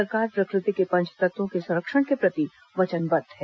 सरकार प्रकृति के पंचतत्वों के संरक्षण के प्रति वचनबद्ध है